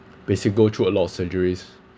basic go through a lot of surgeries